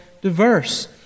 diverse